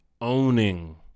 owning